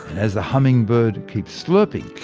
as the hummingbird keeps slurping,